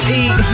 eat